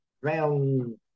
round